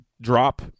drop